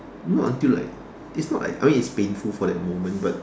not until like it's not like I mean it's painful for that moment but